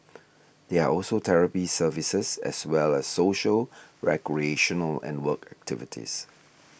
there are also therapy services as well as social recreational and work activities